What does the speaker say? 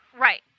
Right